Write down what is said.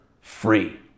free